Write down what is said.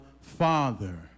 father